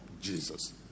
Jesus